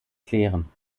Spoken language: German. klären